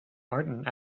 martin